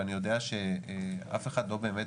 ואני יודע שאף אחד לא באמת,